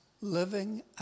living